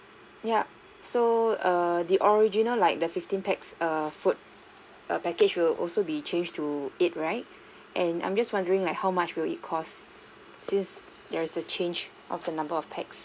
yup so err the original like the fifteen pax err food err package will also be changed to eight right and I'm just wondering like how much will it cost since there's a change of the number of pax